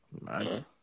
right